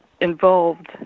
involved